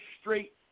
straight